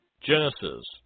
Genesis